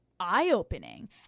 eye-opening